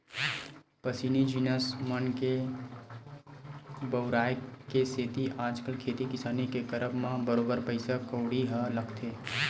मसीनी जिनिस मन के बउराय के सेती आजकल खेती किसानी के करब म बरोबर पइसा कउड़ी ह लगथे